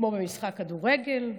כמו במשחק כדורגל,